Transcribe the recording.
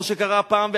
כמו שקרה הפעם,